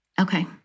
Okay